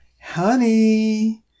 honey